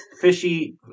fishy